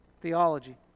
theology